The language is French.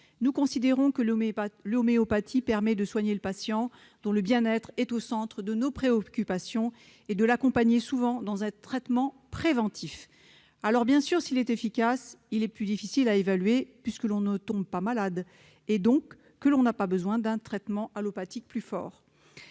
Nous considérons que l'homéopathie permet de soigner le patient, dont le bien-être est au centre de nos préoccupations, et de l'accompagner, souvent à travers un traitement préventif. Bien sûr, s'il est efficace, il est plus difficile à évaluer, puisque l'on ne tombe pas malade et que l'on n'a pas besoin d'un traitement allopathique plus fort.